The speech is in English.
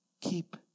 Keep